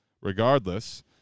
regardless